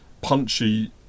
punchy